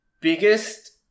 biggest